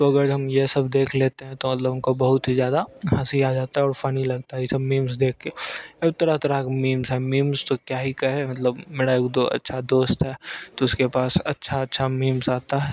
तो अगर हम ये सब देख लेते हैं तो मतलब हमको बहुत ही ज्यादा हँसी आ जाता है और फनी लगता है ई सब मीम्स देख कर अब तरह तरह के मीम्स है मीम्स तो क्या ही कहे मतलब मेरा एक दो अच्छा दोस्त है तो उसके पास अच्छा अच्छा मीम्स आता है